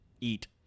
eat